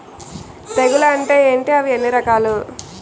తెగులు అంటే ఏంటి అవి ఎన్ని రకాలు?